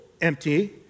empty